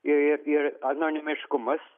ir ir anonimiškumas